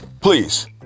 please